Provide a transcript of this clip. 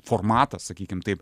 formatas sakykim taip